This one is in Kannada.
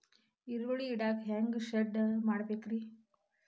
ಈರುಳ್ಳಿ ಇಡಾಕ ಹ್ಯಾಂಗ ಶೆಡ್ ಮಾಡಬೇಕ್ರೇ?